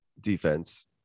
defense